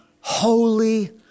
holy